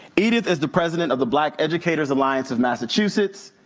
edith is the president of the black educators alliance of massachusetts.